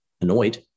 annoyed